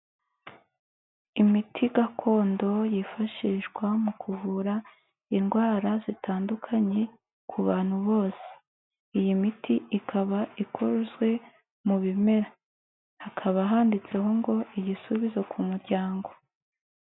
Imiti gakondo yifashishwa mu kuvura indwara zitandukanye ku bantu bose, iyi miti ikaba ikozwe mu bimera, hakaba handitseho ngo igisubizo ku muryango.